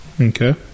Okay